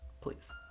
please